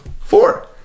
four